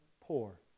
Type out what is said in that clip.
poor